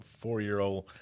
four-year-old –